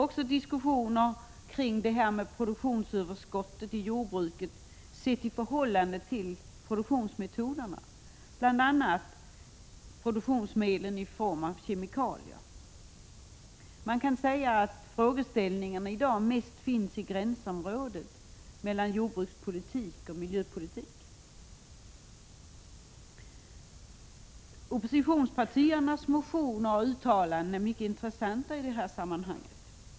Också diskussionerna kring produktionsöverskottet i jordbruket sett i förhållande till produktionsmetoderna, bl.a. produktionsmedel i form av kemikalier, kommer att fortsätta. Man kan säga att frågeställningarna i dag mest rör sig i gränsområdet mellan jordbrukspolitik och miljöpolitik. Oppositionspartiernas motioner och uttalanden är mycket intressanta i det här sammanhnget.